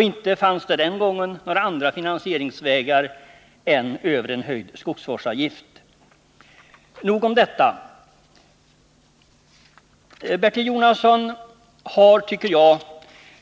Inte fanns det den gången några andra finansieringsvägar än en höjd skogsvårdsavgift. Bertil Jonasson har, tycker jag,